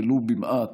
ולו במעט,